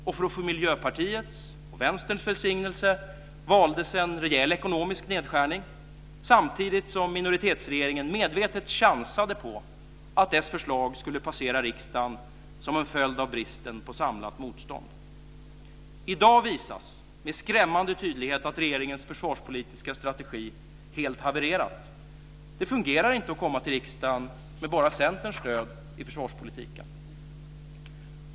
Och för att få Miljöpartiets och Vänsterns välsignelse valdes en rejäl ekonomisk nedskärning samtidigt som minoritetsregeringen medvetet chansade på att dess förslag skulle passera riksdagen som en följd av bristen på samlat motstånd. I dag visas med skrämmande tydlighet att regeringens försvarspolitiska strategi helt har havererat. Det fungerar inte att komma till riksdagen med bara Centerns stöd i försvarspolitiken.